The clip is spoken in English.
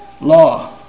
Law